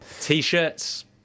t-shirts